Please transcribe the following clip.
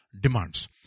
demands